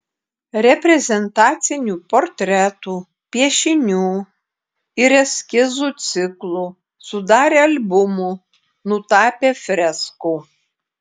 reprezentacinių portretų piešinių ir eskizų ciklų sudarė albumų nutapė freskų